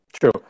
True